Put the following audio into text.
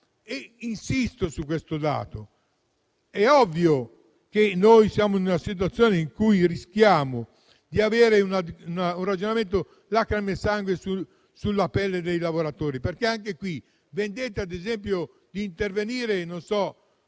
insisto su questo dato. È ovvio che siamo in una situazione in cui rischiamo di perseguire un ragionamento "lacrime e sangue" sulla pelle dei lavoratori, perché anche qui svendete il fatto di intervenire sulle